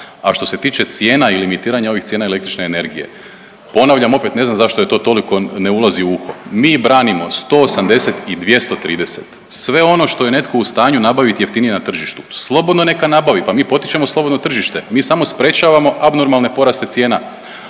A što se tiče cijena i limitiranja ovih cijena električne energije ponavljam opet ne znam zašto je to toliko ne ulazi u uho. Mi branimo 180 i 230. Sve ono što je netko u stanju nabaviti jeftinije na tržištu slobodno neka nabavi. Pa mi potičemo slobodno tržište. Mi samo sprječavamo abnormalne poraste cijena.